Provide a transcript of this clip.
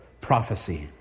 prophecy